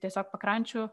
tiesiog pakrančių